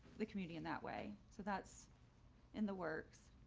the community in that way. so that's in the works.